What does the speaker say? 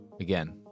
again